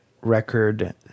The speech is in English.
record